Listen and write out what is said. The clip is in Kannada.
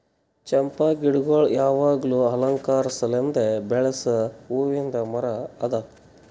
ಚಂಪಾ ಗಿಡಗೊಳ್ ಯಾವಾಗ್ಲೂ ಅಲಂಕಾರ ಸಲೆಂದ್ ಬೆಳಸ್ ಹೂವಿಂದ್ ಮರ ಅದಾ